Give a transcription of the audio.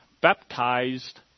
baptized